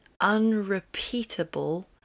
unrepeatable